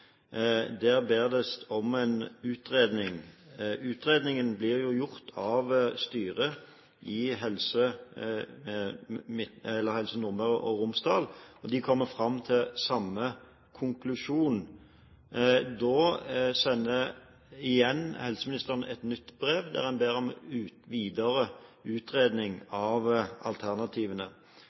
Der bes det om en utredning. Utredningen blir jo gjort av styret i Helse Nordmøre og Romsdal, og de kommer fram til samme konklusjon. Da sender igjen helseministeren et nytt brev, der en ber om videre utredning av alternativene.